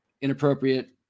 inappropriate